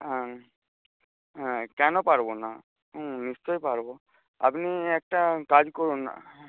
হ্যাঁ হুম কেন পারব না নিশ্চয়ই পারব আপনি একটা কাজ করুন